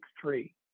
three